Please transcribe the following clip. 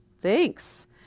Thanks